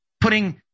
putting